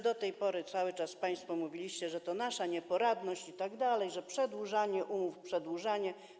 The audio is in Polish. Do tej pory cały czas państwo mówiliście, że to nasza nieporadność itd., że to przedłużanie i przedłużanie umów.